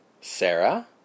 Sarah